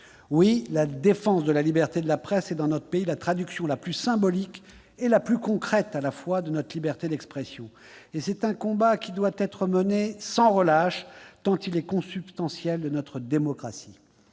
Oui, la défense de la liberté de la presse est dans notre pays la traduction à la fois la plus symbolique et la plus concrète de notre liberté d'expression. C'est un combat qui doit être mené sans relâche, tant il est consubstantiel de notre démocratie.